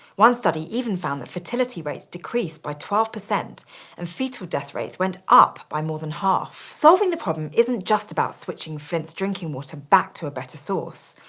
one study even found that fertility rates decreased by twelve percent and fetal death rates went up by more than half. solving the problem isn't just about switching flint's drinking water back to a better source.